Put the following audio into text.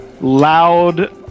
loud